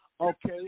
Okay